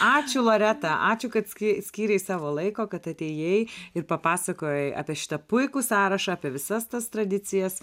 ačiū loreta ačiū kad skyrei savo laiko kad atėjai ir papasakojai apie šitą puikų sąrašą apie visas tas tradicijas